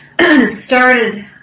started